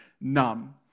numb